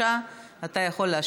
האם אתה יכול למחוק את מה שנכתב בטעות?